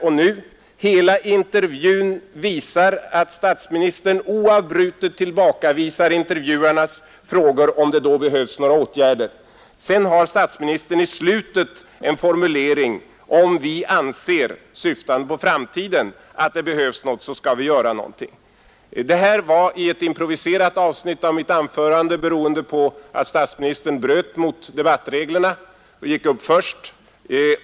Under hela intervjun tillbakavisar statsministern oavbrutet intervjuarnas frågor om det behövs några åtgärder. I slutet av intervjun säger statsministern att om regeringen anser — syftande på framtiden — att det behövs något, så skall den göra någonting. Det här var i ett improviserat avsnitt av mitt anförande, beroende på att statsministern bröt mot debattreglerna och gick upp först.